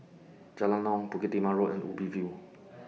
Jalan Naung Bukit Timah Road and Ubi View